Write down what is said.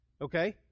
Okay